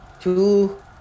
Two